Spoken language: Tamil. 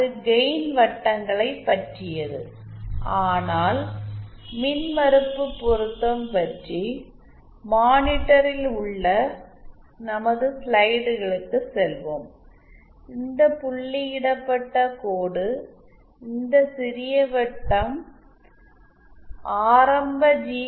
அது கெயின் வட்டங்களைப் பற்றியது ஆனால் மின்மறுப்பு பொருத்தம் பற்றி மானிட்டரில் உள்ள நமது ஸ்லைடுகளுக்குச் செல்வோம் இந்த புள்ளியிடப்பட்ட கோடு இந்த சிறிய வட்டம் ஆரம்ப ஜி